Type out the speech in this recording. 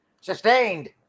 Sustained